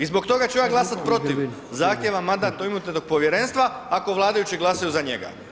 I zbog toga ću ja glasati protiv zahtjeva Mandatno-imunitetnog povjerenstva ako vladajući glasaju za njega.